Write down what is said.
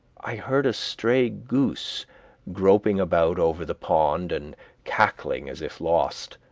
i heard a stray goose groping about over the pond and cackling as if lost,